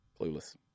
clueless